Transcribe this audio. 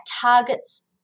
targets